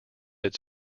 its